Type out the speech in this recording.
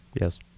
Yes